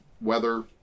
weather